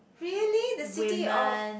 really the city of